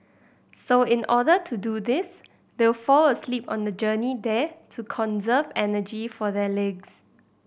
so in order to do this they'll fall asleep on the journey there to conserve energy for their legs